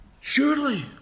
Surely